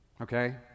okay